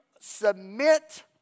submit